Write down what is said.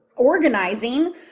organizing